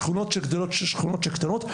שכונות שגדלות שכונות שקטנות,